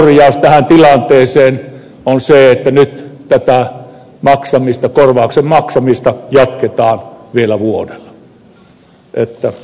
toinen korjaus tähän tilanteeseen on se että nyt tätä korvauksen maksamista jatketaan vielä vuodella